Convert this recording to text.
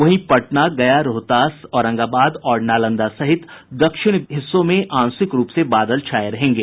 वहीं पटना गया रोहतास औरंगाबाद और नालंदा सहित दक्षिण हिस्सों में आंशिक रूप से बादल छाये रहेंगे